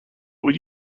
would